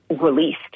released